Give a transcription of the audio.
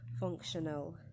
functional